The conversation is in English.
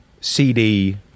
CD